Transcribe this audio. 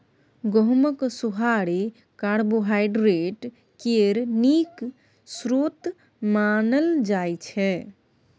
गहुँमक सोहारी कार्बोहाइड्रेट केर नीक स्रोत मानल जाइ छै